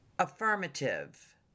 Affirmative